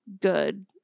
good